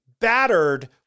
battered